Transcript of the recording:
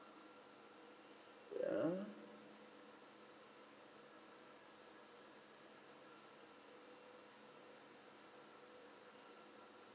yeah